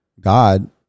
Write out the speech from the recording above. God